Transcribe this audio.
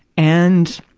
and,